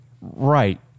Right